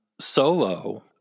solo